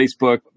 Facebook